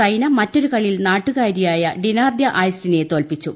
സൈന മറ്റൊരു കളിയിൽ നാട്ടുകാരിയായ ഡിനാർഡ്യാ ആയിസ്റ്റിനെ തോൽപിച്ചു